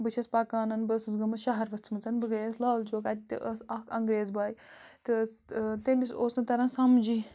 بہٕ چھَس پَکانَن بہٕ ٲسٕس گٔمٕژ شَہر ؤژھمٕژ بہٕ گٔیَس لالچوک اَتہِ تہِ ٲس اَکھ اَنٛگریز باے تہٕ تہٕ تٔمِس اوس نہٕ تَران سَمجی